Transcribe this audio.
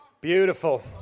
Beautiful